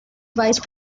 vice